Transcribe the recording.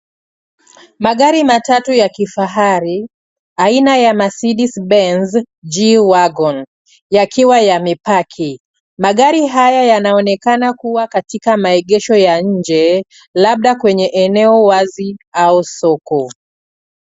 Magari matatu ya kifahari aina ya Mercedes Benz G wagon yakiwa yamepaki, magari haya yameonekana kua katika maegesho ya nje labda kwenye eneo wazi au soko.